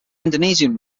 indonesian